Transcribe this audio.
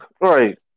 Right